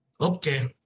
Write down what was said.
Okay